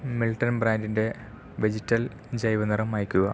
Milton ബ്രാൻഡിന്റെ vegetal ജൈവ നിറം അയയ്ക്കുക